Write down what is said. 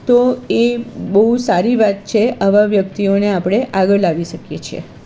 તો એ બહુ સારી વાત છે આવા વ્યક્તિઓને આપણે આગળ લાવી શકીએ છીએ